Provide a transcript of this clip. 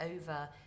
over